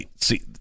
See